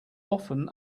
often